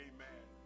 Amen